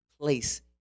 place